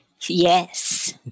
yes